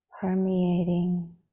Permeating